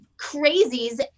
crazies